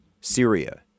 Syria